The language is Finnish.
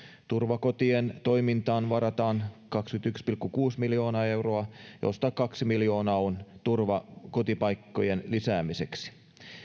turvakotien toimintaan varataan kaksikymmentäyksi pilkku kuusi miljoonaa euroa josta kaksi miljoonaa on turvakotipaikkojen lisäämiseksi